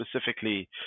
specifically